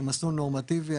זה מסלול נורמטיבי.